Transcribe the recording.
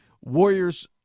Warriors